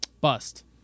bust